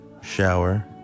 Shower